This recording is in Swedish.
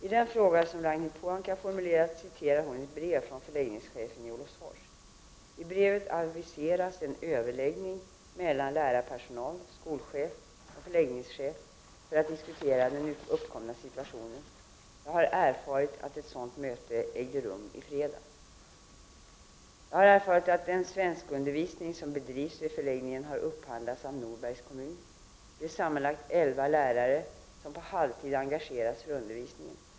I den fråga som Ragnhild Pohanka formulerat citerar hon ett brev från förläggningschefen i Olofsfors. I brevet aviseras en överläggning mellan lärarpersonal, skolchef och förläggningschef för att diskutera den uppkomna situationen. Jag har erfarit att ett sådant möte ägde rum i fredags. Jag har erfarit att den svenskundervisning som bedrivs vid förläggningen har upphandlats av Norbergs kommun. Det är sammanlagt elva lärare som på halvtid engagerats för undervisningen.